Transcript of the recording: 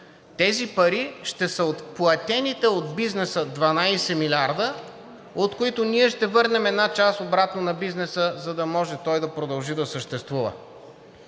Тези пари ще са от платените от бизнеса 12 млрд. лв., от които ние ще върнем една част обратно на бизнеса, за да може той да продължи да съществува.